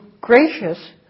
gracious